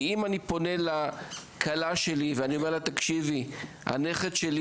למשל פניתי לכלה שלי ושאלתי מתי הנכד שלי